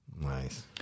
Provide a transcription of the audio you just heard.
Nice